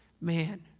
man